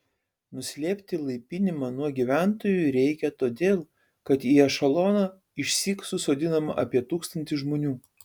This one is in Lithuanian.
nuslėpti laipinimą nuo gyventojų reikia todėl kad į ešeloną išsyk susodinama apie tūkstantį žmonių